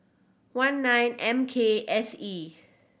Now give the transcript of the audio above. one nine M K S E